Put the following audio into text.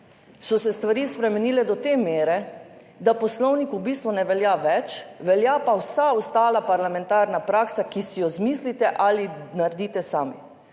so se stvari spremenile do te mere, da Poslovnik v bistvu ne velja več, velja pa vsa ostala parlamentarna praksa, ki si jo izmislite ali naredite sami.